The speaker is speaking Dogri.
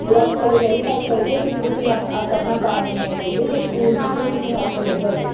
अस पैह्लें वैरीफाई करगे फ्ही तुसें ई अस अपना कार्ड बनाई देगे ते उसलै तुसें ई आफर लब्भग